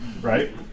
right